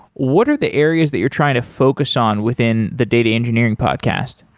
what are the areas that you're trying to focus on within the data engineering podcast?